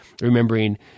remembering